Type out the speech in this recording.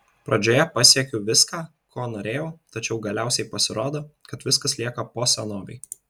pradžioje pasiekiu viską ko norėjau tačiau galiausiai pasirodo kad viskas lieka po senovei